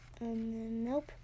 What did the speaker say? nope